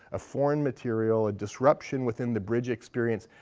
a foreign material, a disruption within the bridge experience,